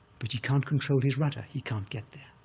but he can't control his rudder. he can't get there.